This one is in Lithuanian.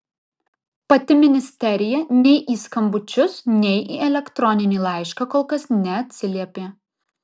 pati ministerija nei į skambučius nei į elektroninį laišką kol kas neatsiliepė